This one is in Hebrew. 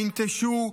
ננטשו,